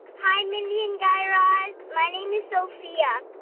hi, mindy and guy raz. my name is sofia.